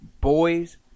boys